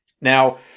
Now